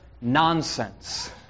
nonsense